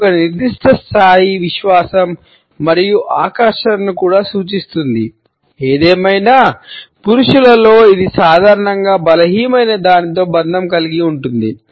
ఇది ఒక నిర్దిష్ట స్థాయి విశ్వాసం మరియు ఆకర్షణను కూడా సూచిస్తుంది ఏదేమైనా పురుషులలో ఇది సాధారణంగా బలహీనమైన దానితో సంబంధం కలిగి ఉంటుంది